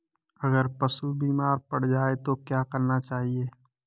अगर पशु बीमार पड़ जाय तो क्या करना चाहिए?